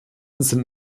sind